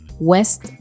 West